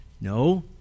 No